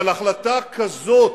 אבל החלטה כזאת,